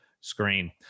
screen